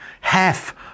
half